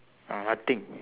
uh nothing